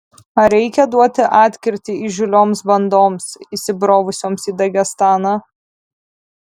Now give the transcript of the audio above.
ar reikia duoti atkirtį įžūlioms bandoms įsibrovusioms į dagestaną